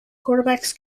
quarterbacks